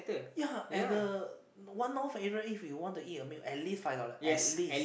ya at the One-North area if you want to eat a meal at least five dollar at least